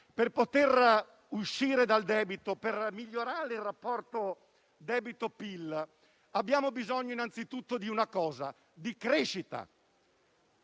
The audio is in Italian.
per poter uscire dal debito e per migliorare il rapporto debito-PIL abbiamo bisogno anzitutto di una cosa: di crescita.